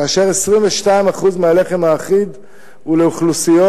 כאשר 22% מהלחם האחיד הוא לאוכלוסיות